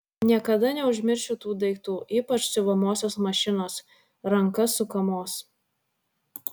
niekada neužmiršiu tų daiktų ypač siuvamosios mašinos ranka sukamos